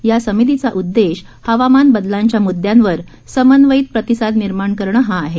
या समितीचा उददेश हवामान बदलांच्या मुदददयांवर समन्वयित प्रतिसाद निर्माण करणं हा आहे